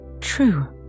True